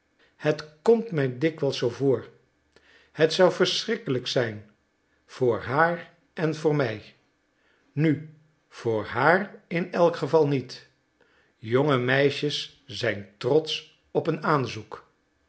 het komt mij dikwijls zoo voor het zou verschrikkelijk zijn voor haar en voor mij nu voor haar in elk geval niet jonge meisjes zijn trotsch op een aanzoek